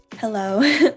Hello